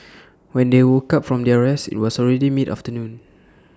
when they woke up from their rest IT was already midafternoon